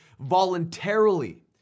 voluntarily